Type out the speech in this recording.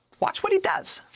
watch what he does.